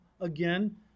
again